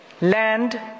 land